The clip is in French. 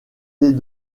des